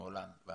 שמאלן.